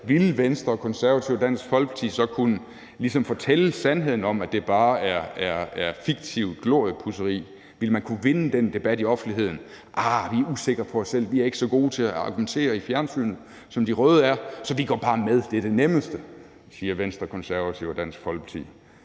ville Venstre, Konservative og Dansk Folkeparti så kunne fortælle sandheden om, at det bare er fiktivt gloriepudseri? Ville man kunne vinde den debat i offentligheden? Arh, vi er usikre på os selv, vi er ikke så gode til at argumentere i fjernsynet, som de røde er, så vi går bare med, det er det nemmeste, siger Venstre, Konservative og Dansk Folkeparti.